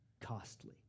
costly